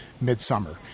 midsummer